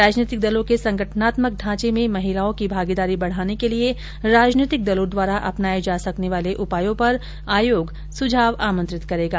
राजनीतिक दलों के संगठनात्मक ढांचे में महिलाओं की भागीदारी बढ़ाने के लिए राजनीतिक दलों द्वारा अपनाये जा सकने वाले उपायों पर आयोग सुझाव आमंत्रित करेगा